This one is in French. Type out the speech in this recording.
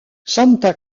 santa